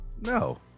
No